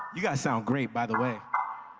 you guys sound great, by the way.